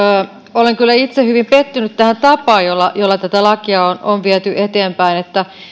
olen kyllä itse hyvin pettynyt tähän tapaan jolla jolla tätä lakia on viety eteenpäin